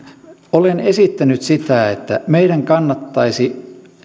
olen esittänyt sitä että meidän kannattaisi